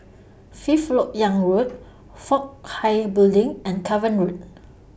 Fifth Lok Yang Road Fook Hai Building and Cavan Road